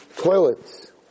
toilets